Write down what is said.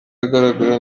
agaragara